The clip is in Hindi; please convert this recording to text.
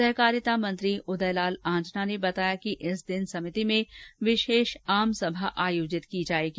सहकारिता मंत्री उदयलाल आंजना ने बताया कि इस दिन समिति में विशेष आम सभा आयोजित की जाएगी